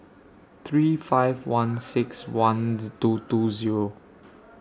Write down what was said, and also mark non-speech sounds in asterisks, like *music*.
three five one six one *noise* two two Zero